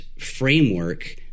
framework